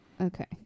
Okay